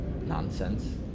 nonsense